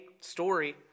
story